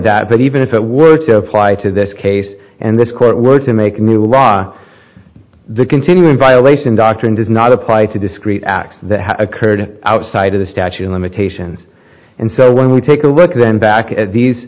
that but even if it were to apply to this case and this court were to make a new law the continuing violation doctrine does not apply to discrete acts that have occurred outside of the statute of limitations and so when we take a look then back at these